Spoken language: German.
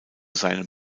seinem